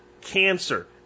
cancer